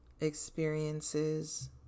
experiences